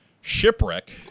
Shipwreck